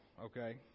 okay